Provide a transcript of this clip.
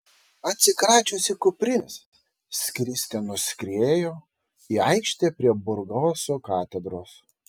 atsikračiusi kuprinės skriste nuskrieju į aikštę prie burgoso katedros